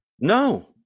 No